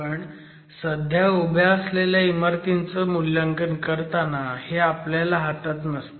पण सध्या उभ्या असलेल्या इमारतींचं मूल्यांकन करताना हे आपल्या हातात नसतं